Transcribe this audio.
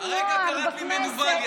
הרגע קראת לי מנוול,